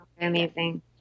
amazing